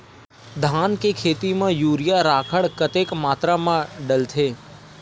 धान के खेती म यूरिया राखर कतेक मात्रा म डलथे?